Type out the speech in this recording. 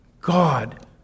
God